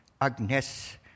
Agnes